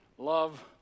love